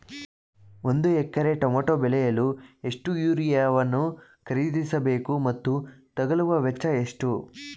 ಒಂದು ಎಕರೆ ಟಮೋಟ ಬೆಳೆಯಲು ಎಷ್ಟು ಯೂರಿಯಾವನ್ನು ಖರೀದಿಸ ಬೇಕು ಮತ್ತು ತಗಲುವ ವೆಚ್ಚ ಎಷ್ಟು?